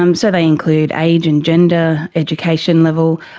um so they include age and gender, education level,